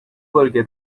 bölge